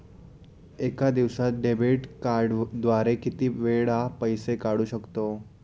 एका दिवसांत डेबिट कार्डद्वारे किती वेळा पैसे काढू शकतो?